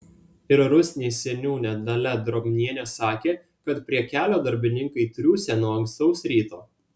ir rusnės seniūnė dalia drobnienė sakė kad prie kelio darbininkai triūsia nuo ankstaus ryto